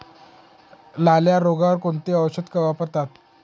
लाल्या रोगावर कोणते औषध वापरतात?